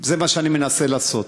זה מה שאני מנסה לעשות.